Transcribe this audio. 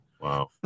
Wow